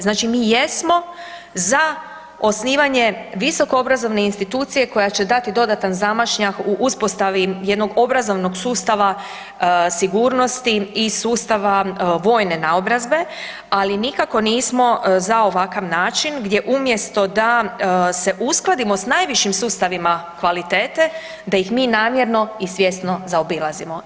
Znači mi jesmo za osnivanje visoko obrazovne institucije koja će dati dodatan zamašnjak u uspostavi jednog obrazovnog sustava sigurnosti i sustava vojne naobrazbe, ali nikako nismo za ovakav način gdje umjesto da se uskladimo sa najvišim sustavima kvalitete da ih mi namjerno i svjesno zaobilazimo.